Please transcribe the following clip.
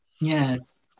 Yes